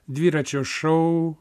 dviračio šou